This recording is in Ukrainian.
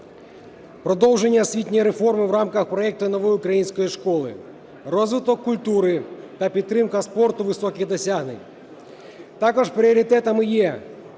продовження освітньої реформи в рамках проекту "Нової української школи"; розвиток культури та підтримка спорту вищих досягнень. Також пріоритетами є: